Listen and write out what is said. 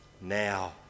now